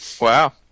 Wow